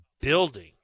building